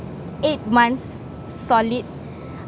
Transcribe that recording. eight months solid